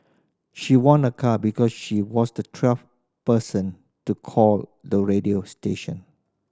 she won a car because she was the twelfth person to call the radio station